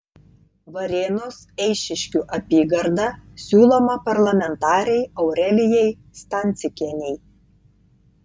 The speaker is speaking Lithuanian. varėnos eišiškių apygarda siūloma parlamentarei aurelijai stancikienei